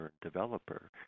developer